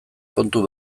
kontu